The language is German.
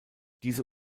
diese